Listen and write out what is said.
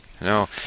No